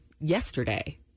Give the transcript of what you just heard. yesterday